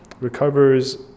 recovers